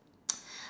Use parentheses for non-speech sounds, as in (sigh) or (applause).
(noise)